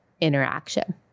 interaction